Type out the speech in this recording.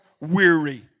weary